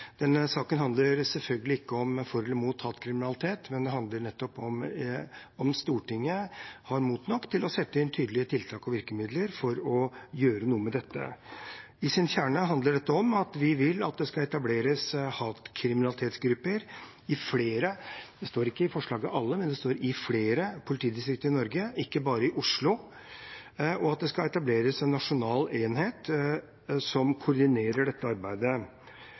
Denne saken handler selvfølgelig ikke om å være for eller imot hatkriminalitet, den handler nettopp om hvorvidt Stortinget har mot nok til å sette inn tydelige tiltak og virkemidler for å gjøre noe med dette. I sin kjerne handler dette om at vi vil at det skal etableres hatkriminalitetsgrupper i flere – det står ikke «alle» i forslaget, det står «flere» – politidistrikter i Norge, ikke bare i Oslo, og at det skal etableres en nasjonal enhet som koordinerer dette arbeidet.